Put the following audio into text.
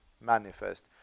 manifest